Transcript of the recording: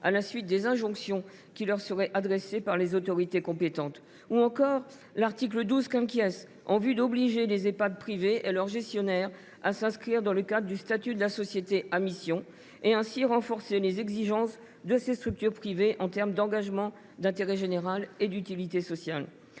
à la suite des injonctions qui leur seraient adressées par les autorités compétentes. Nous souhaitions enfin rétablir l’article 12 , en vue d’obliger les Ehpad privés et leurs gestionnaires à s’inscrire dans le cadre du statut de la société à mission, et ainsi renforcer les exigences de ces structures privées en matière d’engagements d’intérêt général et d’utilité sociale.